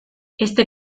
este